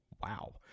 Wow